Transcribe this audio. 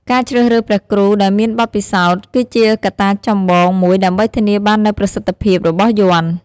ការជ្រើសរើសព្រះគ្រូដែលមានបទពិសោធន៍ គឺជាកត្តាចម្បងមួយដើម្បីធានាបាននូវប្រសិទ្ធភាពរបស់យ័ន្ត។